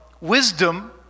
Wisdom